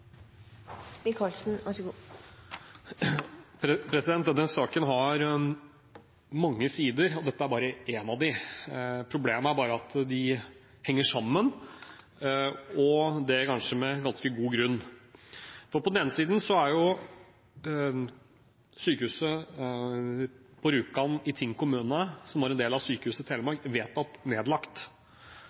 bare en av dem. Problemet er bare at de henger sammen, og det kanskje med ganske god grunn. For på den ene siden er jo sykehuset på Rjukan i Tinn kommune, som er en del av Sykehuset Telemark, vedtatt nedlagt